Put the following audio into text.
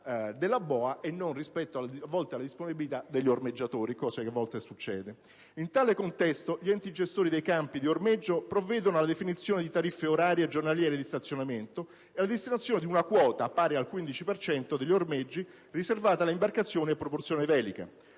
della boa e non a quella degli ormeggiatori, come a volte accade. In tale contesto, gli enti gestori dei campi di ormeggio provvedono alla definizione di tariffe orarie e giornaliere di stazionamento e alla destinazione di una quota, pari al 15 per cento degli ormeggi, riservata alle imbarcazioni a propulsione velica;